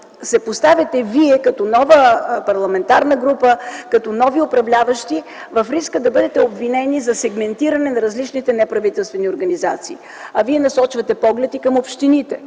се поставяте вие, като нова парламентарна група, като нови управляващи, в риск да бъдете обвинени за сегментиране на различните неправителствени организации, а вие насочвате погледи и към общините